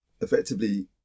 effectively